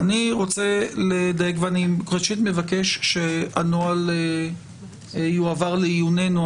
אני מבקש שהנוהל יועבר לעיוננו.